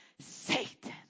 Satan